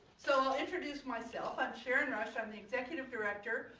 so i'll introduce myself i'm sharron rush. i'm the executive director.